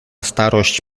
starość